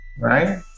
right